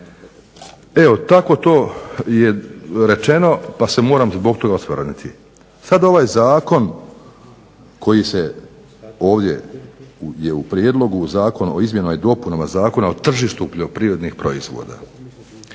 Evo, tako to je rečeno pa se moram zbog toga osvrnuti. Sad ovaj zakon koji je ovdje u prijedlogu u Zakonu o izmjenama i dopunama Zakona o tržištu poljoprivrednih proizvoda.